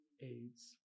aids